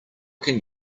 can